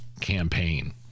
campaign